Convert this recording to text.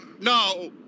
No